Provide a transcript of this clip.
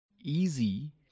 Easy